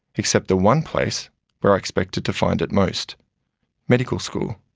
except the one place where i expected to find it most medical school.